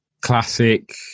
classic